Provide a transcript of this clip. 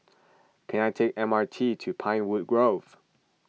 can I take M R T to Pinewood Grove